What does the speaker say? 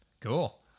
Cool